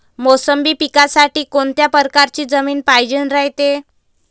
मोसंबी पिकासाठी कोनत्या परकारची जमीन पायजेन रायते?